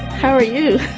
how are you?